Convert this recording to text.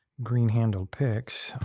green handle picks.